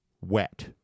wet